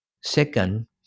Second